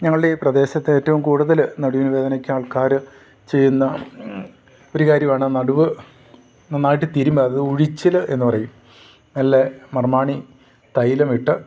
ഞങ്ങളുടെ ഈ പ്രദേശത്ത് ഏറ്റവും കൂടുതൽ നടുവിന് വേദനയ്ക്ക് ആൾക്കാർ ചെയ്യുന്ന ഒരു കാര്യമാണ് നടുവ് നന്നായിട്ട് തിരുമ്മുക അത് ഉഴിച്ചിൽ എന്ന് പറയും നല്ല മർമ്മാണി തൈലം ഇട്ട്